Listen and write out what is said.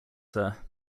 sir